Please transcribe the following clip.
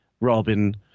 Robin